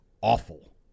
awful